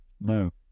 no